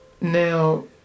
Now